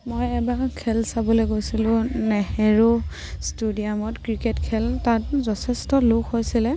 মই এবাৰ খেল চাবলৈ গৈছিলোঁ নেহেৰু ষ্টুডিয়ামত ক্ৰিকেট খেল তাত যথেষ্ট লোক হৈছিলে